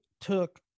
took